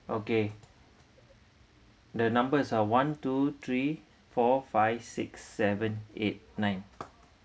okay the numbers are one two three four five six seven eight nine